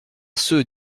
ceux